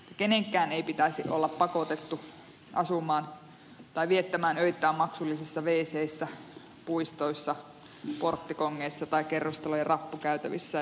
kenenkään ei pitäisi olla pakotettu asumaan tai viettämään öitään maksullisissa wcissä puistoissa porttikongeissa tai kerrostalojen rappukäytävissä